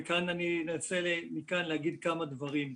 אנסה להגיד מכאן כמה דברים.